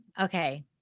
okay